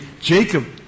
Jacob